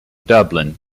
dublin